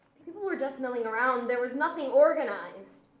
people were just milling around, there was nothing organized.